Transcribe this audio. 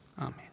Amen